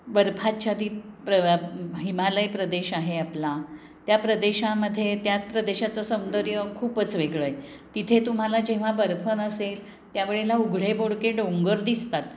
बर्फाच्छादित प्र हिमालय प्रदेश आहे आपला त्या प्रदेशामध्ये त्यात प्रदेशाचं सौंदर्य खूपच वेगळं आहे तिथे तुम्हाला जेव्हा बर्फ नसेल त्या वेळेला उघडेबोडके डोंगर दिसतात